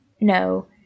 no